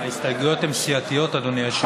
ההסתייגויות הן סיעתיות, אדוני היושב-ראש.